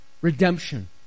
Redemption